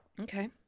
Okay